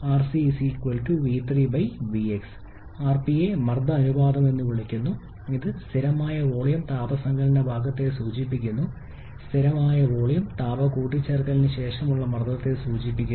𝑟𝑐 𝑣3 𝑣𝑥 ആർപിയെ മർദ്ദം അനുപാതം എന്ന് വിളിക്കുന്നു ഇത് സ്ഥിരമായ വോളിയം താപ സങ്കലന ഭാഗത്തെ സൂചിപ്പിക്കുന്നു സ്ഥിരമായ വോളിയം താപ കൂട്ടിച്ചേർക്കലിനു ശേഷമുള്ള മർദ്ദത്തെ സൂചിപ്പിക്കുന്നു